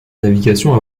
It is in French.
navigation